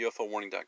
ufowarning.com